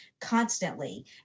constantly